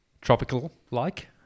tropical-like